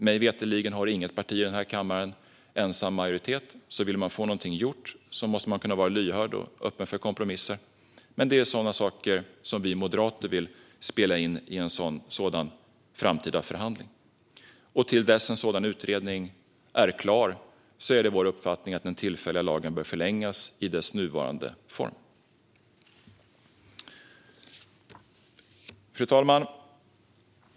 Mig veterligen har inget parti här i kammaren ensam majoritet, så vill man få något gjort måste man vara lyhörd och öppen för kompromisser. Det är sådant som vi i Moderaterna vill spela in i en framtida förhandling. Till dess att en sådan utredning är klar är vår uppfattning att den tillfälliga lagen bör förlängas i dess nuvarande form. Fru talman!